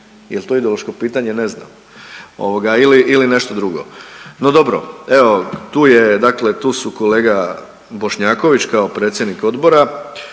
jel' to ideološko pitanje ne znam ili nešto drugo. No dobro, evo tu su dakle kolega Bošnjaković kao predsjednik Odbora,